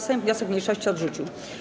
Sejm wniosek mniejszości odrzucił.